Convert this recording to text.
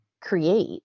create